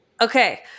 Okay